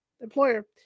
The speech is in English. employer